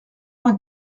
vingt